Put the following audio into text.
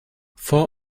vor